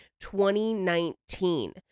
2019